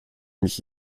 mich